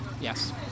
Yes